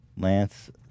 Lance